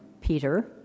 Peter